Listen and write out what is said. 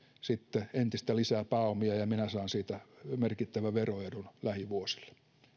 sitten lisää pääomia ja ja minä saan siitä merkittävän veroedun lähivuosille